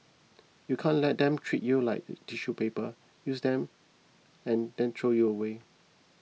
you can't let them treat you like tissue paper use you then then throw you away